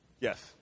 Yes